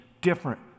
different